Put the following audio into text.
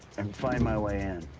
and find my way in.